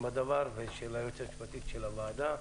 בדבר ושל היועצת המשפטית של הוועדה.